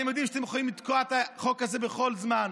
אתם יודעים שאתם יכולים לתקוע את החוק הזה בכל זמן.